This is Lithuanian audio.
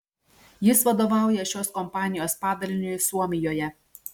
jis vadovauja šios kompanijos padaliniui suomijoje